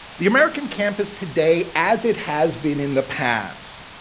the american campus today, as it has been in the past,